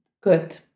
good